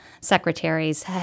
secretaries